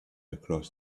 across